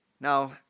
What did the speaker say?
Now